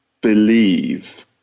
believe